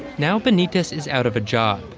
now benitez is out of a job,